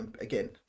again